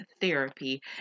therapy